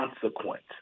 consequence